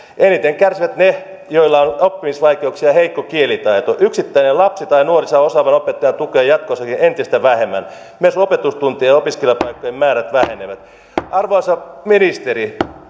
eniten kärsivät ne joilla on oppimisvaikeuksia ja heikko kielitaito yksittäinen lapsi tai nuori saa osaavan opettajan tukea jatkossakin entistä vähemmän myös opetustuntien ja opiskelijapaikkojen määrät vähenevät arvoisa ministeri